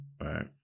right